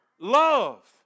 love